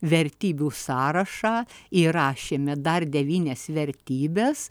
vertybių sąrašą įrašėme dar devynias vertybes